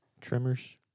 Tremors